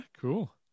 cool